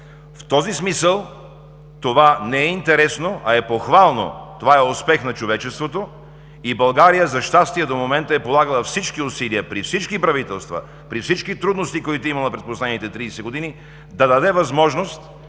В този смисъл това не е интересно, а е похвално. Това е успех на човечеството, и за щастие България до момента е полагала усилия при всички правителства, при всички трудности, които е имала през последните 30 години, да даде възможност